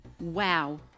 Wow